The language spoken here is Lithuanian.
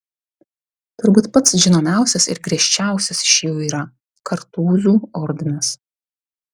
turbūt pats žinomiausias ir griežčiausias iš jų yra kartūzų ordinas